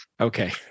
Okay